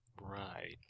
Right